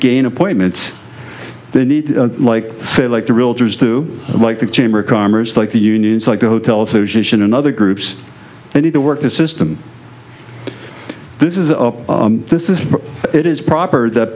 gain appointments they need like say like the realtors do like the chamber of commerce like the unions like the hotel association and other groups i need to work the system this is a this is it is proper th